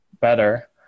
better